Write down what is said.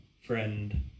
friend